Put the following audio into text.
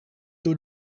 door